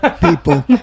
people